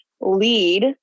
lead